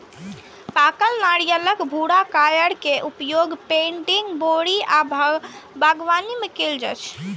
पाकल नारियलक भूरा कॉयर के उपयोग पैडिंग, बोरी आ बागवानी मे कैल जाइ छै